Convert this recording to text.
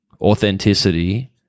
authenticity